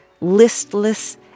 listless